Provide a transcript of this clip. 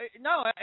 No